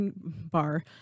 bar